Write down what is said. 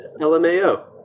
LMAO